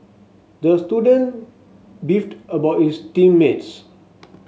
the student beefed about his team mates